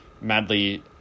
madly